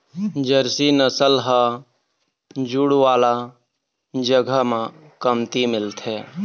Jersey नसल ह जूड़ वाला जघा म कमती मिलथे